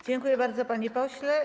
Dziękuję bardzo, panie pośle.